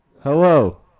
Hello